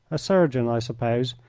a surgeon, i suppose,